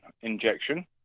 injection